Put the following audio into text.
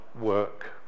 work